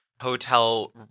hotel